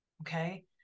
okay